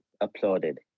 applauded